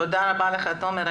תודה רבה תומר,